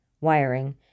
wiring